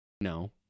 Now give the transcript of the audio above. No